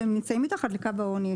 שהם נמצאים מתחת לקו העוני.